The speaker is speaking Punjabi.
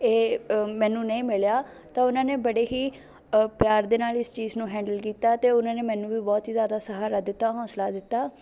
ਇਹ ਮੈਨੂੰ ਨਹੀਂ ਮਿਲਿਆ ਤਾਂ ਉਹਨਾਂ ਨੇ ਬੜੇ ਹੀ ਪਿਆਰ ਦੇ ਨਾਲ਼ ਇਸ ਚੀਜ਼ ਨੂੰ ਹੈਂਡਲ ਕੀਤਾ ਅਤੇ ਉਹਨਾਂ ਨੇ ਮੈਨੂੰ ਵੀ ਬਹੁਤ ਹੀ ਜ਼ਿਆਦਾ ਸਹਾਰਾ ਦਿੱਤਾ ਹੌਂਸਲਾ ਦਿੱਤਾ